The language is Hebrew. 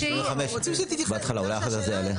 אנחנו רוצים שתתייחס,